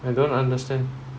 I don't understand